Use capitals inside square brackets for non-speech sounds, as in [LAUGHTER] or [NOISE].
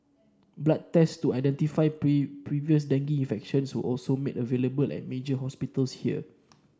blood tests to identify [UNINTELLIGIBLE] previous dengue infection were also made available at major hospitals here